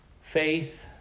faith